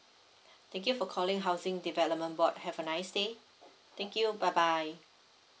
thank you for calling housing development board have a nice day thank you bye bye